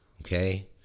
okay